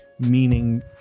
meaning